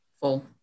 full